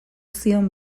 zion